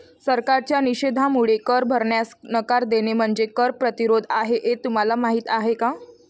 सरकारच्या निषेधामुळे कर भरण्यास नकार देणे म्हणजे कर प्रतिरोध आहे हे तुम्हाला माहीत आहे का